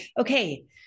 Okay